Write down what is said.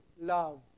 love